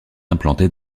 implantés